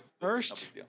first